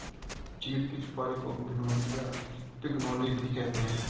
चीड़ की सुपारी को पिनोली या पिगनोली भी कहते हैं